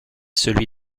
celui